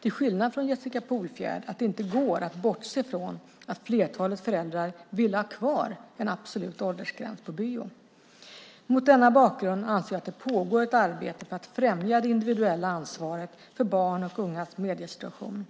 till skillnad från Jessica Polfjärd, att det inte går att bortse från att flertalet föräldrar ville ha kvar en absolut åldersgräns på bio. Mot denna bakgrund anser jag att det pågår ett arbete för att främja det individuella ansvaret för barns och ungas mediesituation.